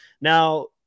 Now